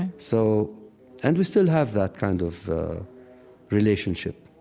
and so and we still have that kind of relationship